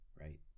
right